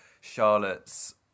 Charlotte's